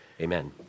amen